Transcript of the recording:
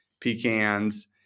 pecans